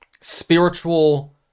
spiritual